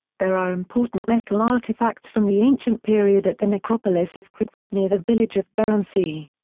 there are important metal artifacts from the ancient period at the necropolis of crkvishte near the village of beranci.